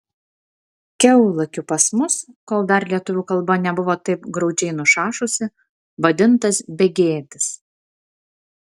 kiaulakiu pas mus kol dar lietuvių kalba nebuvo taip graudžiai nušašusi vadintas begėdis